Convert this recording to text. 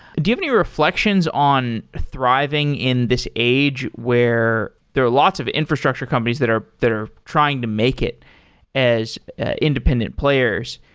do you have any reflections on thriving in this age where there are lots of infrastructure companies that are that are trying to make it as independent players?